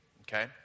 okay